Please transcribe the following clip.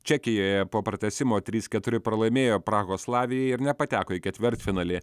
čekijoje po pratęsimo trys keturi pralaimėjo prahos slavijai ir nepateko į ketvirtfinalį